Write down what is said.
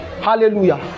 Hallelujah